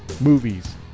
movies